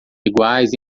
iguais